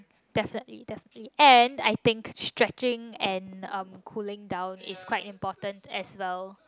definitely definitely and I think stretching and um cooling down is quite important as well